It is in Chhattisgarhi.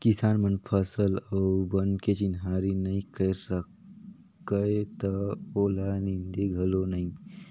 किसान मन फसल अउ बन के चिन्हारी नई कयर सकय त ओला नींदे घलो नई